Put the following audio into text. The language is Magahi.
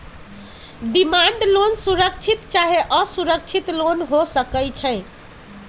डिमांड लोन सुरक्षित चाहे असुरक्षित लोन हो सकइ छै